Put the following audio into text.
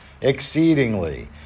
exceedingly